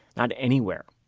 not anywhere.